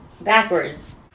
backwards